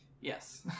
Yes